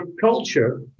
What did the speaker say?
culture